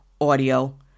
audio